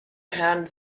hand